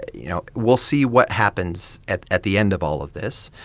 you know, we'll see what happens at at the end of all of this.